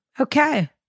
Okay